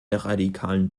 radikalen